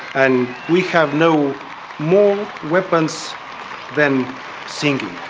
and we have no more weapons than singing.